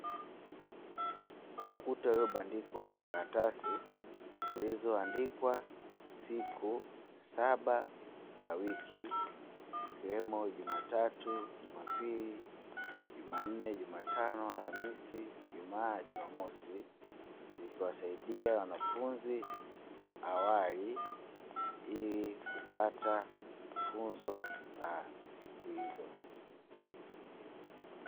Ukuta uliobandikwa karatasi zilizoandikwa siku saba za wiki ikiwemo jumatatu, jumapili, jumanne, jumatano, alhamisi, ijumaa na jumamosi ikiwasaidia wanafunzi wa awali ili kupata funzo la siku hizo.